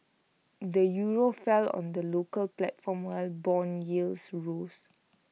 the euro fell on the local platform while Bond yields rose